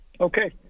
Okay